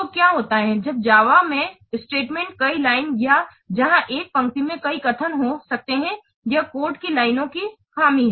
तो क्या होता है जब जावा में स्टेटमेंट कई लाइन या जहाँ एक पंक्ति में कई कथन हो सकते हैं यह कोड की लाइनों की खामी है